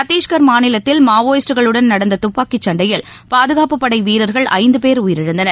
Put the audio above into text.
சத்தீஸ்கர் மாநிலத்தில் மாவோயிஸ்டுகளுடன் நடந்ததுப்பாக்கிச் சண்டையில் பாதுகாப்புப்படைவீரர்கள் ஐந்துபேர் உயிரிழந்தனர்